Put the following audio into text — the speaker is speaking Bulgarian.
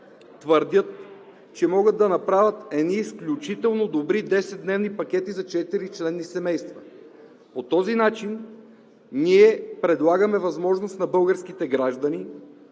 твърдят, че могат да направят едни изключително добри 10-дневни пакети за четиричленни семейства. По този начин ние предлагаме възможност на българските граждани